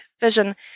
vision